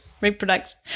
Reproduction